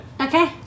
okay